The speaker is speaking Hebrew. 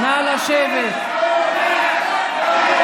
בושה.